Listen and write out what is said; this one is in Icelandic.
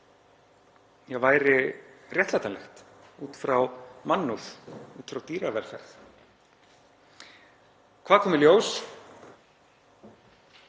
að væri réttlætanlegt út frá mannúð, út frá dýravelferð. Hvað kom í ljós?